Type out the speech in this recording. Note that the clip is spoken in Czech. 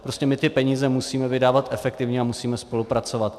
Prostě my ty peníze musíme vydávat efektivně a musíme spolupracovat.